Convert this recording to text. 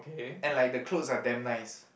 and like the clothes are damn nice